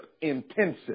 intensive